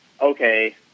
okay